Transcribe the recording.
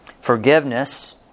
Forgiveness